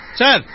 sir